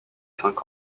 cinq